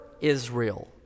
Israel